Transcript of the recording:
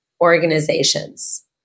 organizations